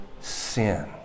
sin